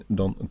dan